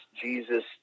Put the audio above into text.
Jesus